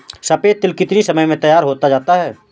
सफेद तिल कितनी समय में तैयार होता जाता है?